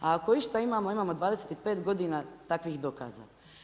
A ako išta imamo, imamo 25 godina takvih dokaza.